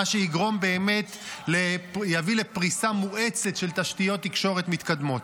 מה שיגרום באמת יביא לפריסה מואצת של תשתיות תקשורת מתקדמות.